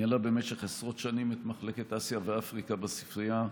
היא ניהלה במשך עשרות שנים את מחלקת אסיה ואפריקה בספרייה.